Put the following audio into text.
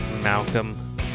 Malcolm